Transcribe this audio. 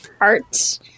art